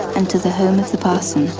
and to the home of the parson,